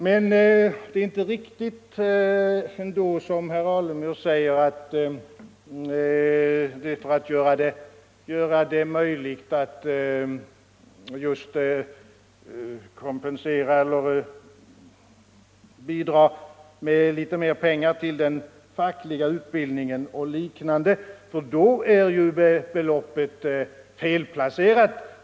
Men det är ändå inte riktigt som herr Alemyr säger, att det är fråga om att göra det möjligt att bidra med litet mer pengar till den fackliga utbildningen och liknande, för då är ju beloppet felplacerat.